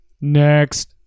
next